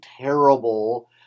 terrible